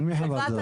של מי חוות הדעת?